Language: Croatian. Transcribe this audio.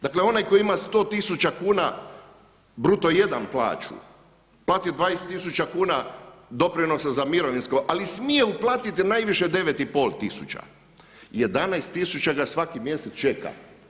Dakle onaj koji ima 100 tisuća kuna bruto 1 plaću, plati 20 tisuća kuna doprinosa za mirovinsko ali smije uplatiti najviše 9,5 tisuća, 11 tisuća ga svaki mjesec čeka.